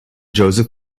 joseph